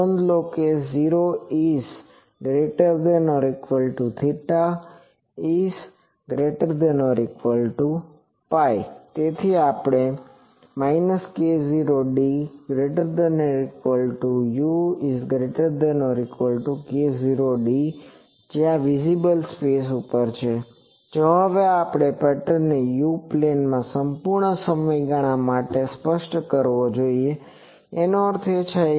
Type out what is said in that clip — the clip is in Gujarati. નોંધ લો કે 0≤θ≤π તેથી k0d≤u≤k0d→visible space જો કેપેટર્નને યુ પ્લેન માં સંપૂર્ણ સમયગાળા માટે સ્પષ્ટ કરવો જોઈએ અર્થ એ થાય કે π થી π